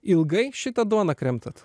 ilgai šitą duoną kremtate